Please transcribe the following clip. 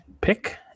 pick